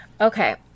Okay